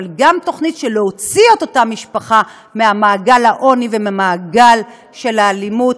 אבל גם תוכנית להוציא את אותה משפחה ממעגל העוני ומהמעגל של האלימות,